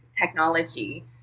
technology